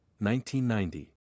1990